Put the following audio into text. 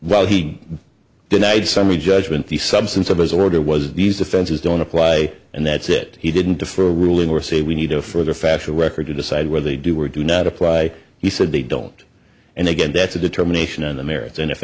while he denied summary judgment the substance of his order was these offenses don't apply and that's it he didn't do for a ruling or say we need a further factual record to decide whether they do or do not apply he said they don't and again that's a determination on the merits and if